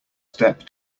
step